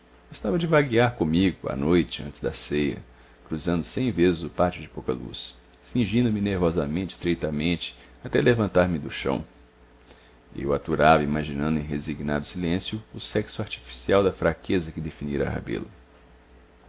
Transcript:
gostava de vaguear comigo à noite antes da ceia cruzando cem vezes o pátio de pouca luz cingindo me nervosamente estreitamente até levantar-me do chão eu aturava imaginando em resignado silêncio o sexo artificial da fraqueza que definira rebelo